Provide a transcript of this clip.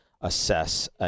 assess